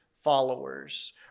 followers